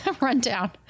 rundown